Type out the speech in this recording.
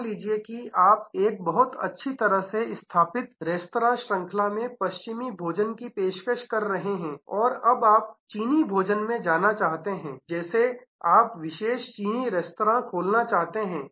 मान लीजिए कि आप एक बहुत अच्छी तरह से स्थापित रेस्तरां श्रृंखला में पश्चिमी भोजन की पेशकश कर रहे हैं और अब आप चीनी भोजन में जाना चाहते हैं जैसे आप विशेष चीनी रेस्तरां खोलना चाहते हैं